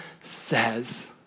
says